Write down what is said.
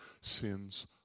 sins